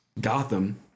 Gotham